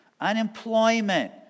Unemployment